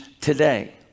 today